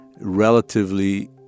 relatively